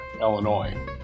Illinois